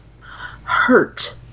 hurt